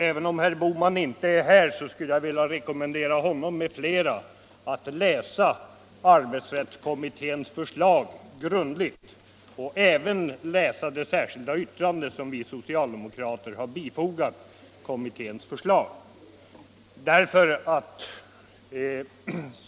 Även om herr Bohman inte är här skulle jag vilja rekommendera honom m.fl. att grundligt läsa arbetsrättskommitténs förslag och även läsa det särskilda yttrande som vi socialdemokrater har fogat till förslaget.